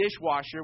dishwasher